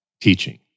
teaching